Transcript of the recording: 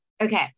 Okay